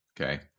okay